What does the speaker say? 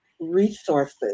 resources